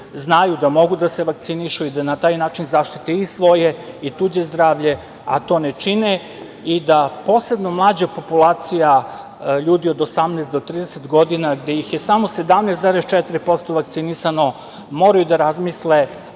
znaju da mogu da se vakcinišu i da na taj način zaštite i svoje i tuđe zdravlje, a to ne čine i da posebno mlađa populacija ljudi od 18 do 30 godina, gde ih je samo 17,4% vakcinisano, moraju da razmisle